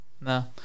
no